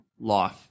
life